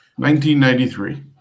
1993